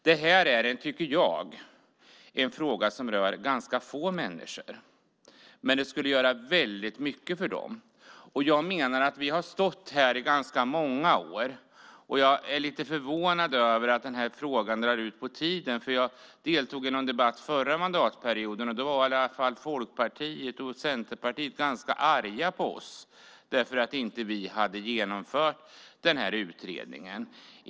Det här är en fråga som rör ganska få människor, men möjligheten till namnbyte skulle göra väldigt mycket för dem. Vi har stått här i ganska många år, och jag är lite förvånad över att den här frågan drar ut på tiden. Jag deltog i en debatt förra mandatperioden, och då var i alla fall Folkpartiet och Centerpartiet ganska arga på oss därför att vi inte hade genomfört den här utredningen.